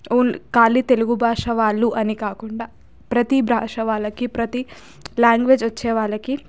ఖాళీ తెలుగు భాష వాళ్ళు అని కాకుండా ప్రతీ భాష వాళ్ళకి ప్రతీ లాంగ్వేజ్ వచ్చే వాళ్ళకి